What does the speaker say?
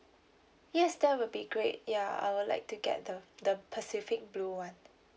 yes that will be great ya I will like to get the the pacific blue [one]